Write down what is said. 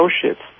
associates